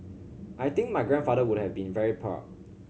I think my grandfather would have been very proud